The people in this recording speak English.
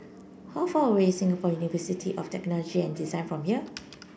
how far away is Singapore University of Technology and Design from here